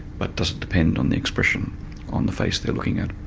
but does it depend on the expression on the face they are looking at?